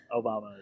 Obama